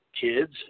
kids